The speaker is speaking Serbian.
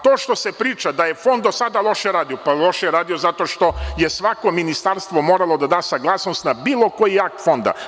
To što se priča da je Fond do sada loše radio, pa loše je radio zato što je svako Ministarstvo moralo da da saglasnost na bilo koji akt Fonda.